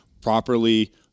properly